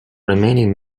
remaining